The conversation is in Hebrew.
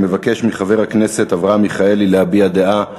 אני מבקש מחבר הכנסת אברהם מיכאלי להביע דעה מהצד.